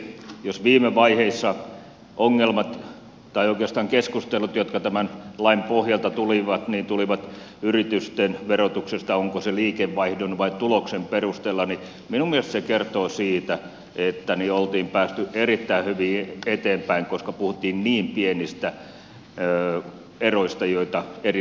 jos viime vaiheissa keskustelut jotka tämän lain pohjalta tulivat tulivat yritysten verotuksesta onko se liikevaihdon vai tuloksen perusteella niin minun mielestäni se kertoo siitä että oli päästy erittäin hyvin eteenpäin koska puhuttiin niin pienistä eroista joita eri näkökulmissa oli